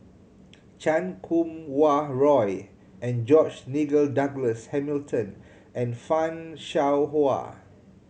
Chan Kum Wah Roy and George Nigel Douglas Hamilton and Fan Shao Hua